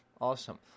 Awesome